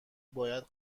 باید